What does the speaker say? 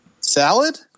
Salad